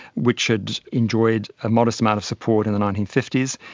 which had enjoyed a modest amount of support in the nineteen fifty s,